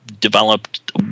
developed